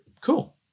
cool